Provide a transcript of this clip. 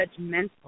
judgmental